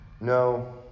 No